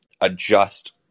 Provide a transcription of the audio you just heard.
adjust